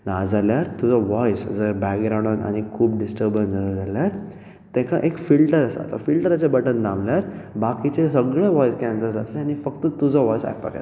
नाजाल्यार तुजो वॉयस जर बॅग्रावण्डान आनीक खूब डिसटबन्स आसा जाल्यार ताका एक फिल्टर आसा तो फिल्टराचे बटन दामल्यार बाकीचे सगळे वॉयस कॅन्सल जातले आनी फक्त तुजो वॉयस आयकपाक येता